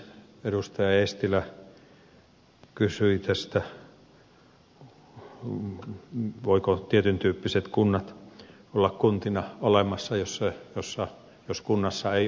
edustaja eestilä kysyi tästä voivatko tietyntyyppiset kunnat olla kuntina olemassa jos kunnassa ei ole työssä käyvää väkeä